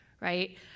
Right